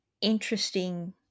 interesting